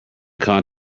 could